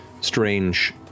strange